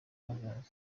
hazaza